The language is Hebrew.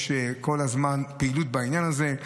כל הזמן יש פעילות בעניין הזה,